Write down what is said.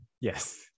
Yes